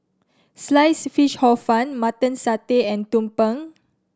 Sliced Fish Hor Fun Mutton Satay and tumpeng